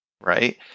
Right